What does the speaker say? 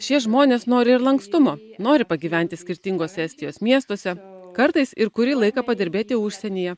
šie žmonės nori ir lankstumo nori pagyventi skirtinguose estijos miestuose kartais ir kurį laiką padirbėti užsienyje